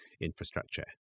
infrastructure